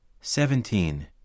Seventeen